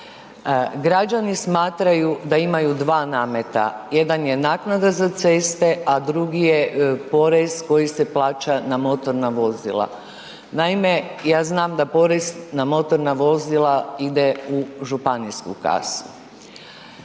Građani smatraju da imaju dva nameta. Jedan je naknada za ceste, a drugi je porez koji se plaća na motorna vozila. Naime, ja znam da porez na motorna vozila ide u županijsku kasu,